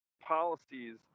policies